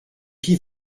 pies